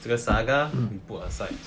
这个 saga put aside